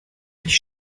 dich